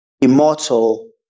immortal